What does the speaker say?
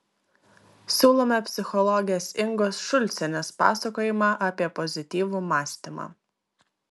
siūlome psichologės ingos šulcienės pasakojimą apie pozityvų mąstymą